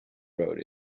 wrote